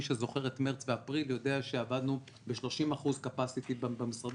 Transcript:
מי שזוכר את מרץ ואפריל יודע שעבדנו ב-30% קפסיטי גם במשרדים,